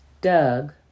Doug